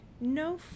no